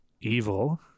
evil